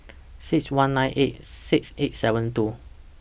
six one nine eight six eight seven two